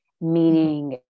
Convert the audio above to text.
meaning